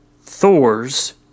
Thor's